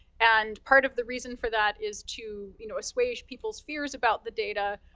and part of the reason for that is to you know assuage people's fears about the data.